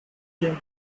came